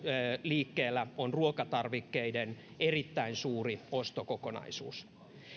liikkeellä on myös ruokatarvikkeiden erittäin suuri ostokokonaisuus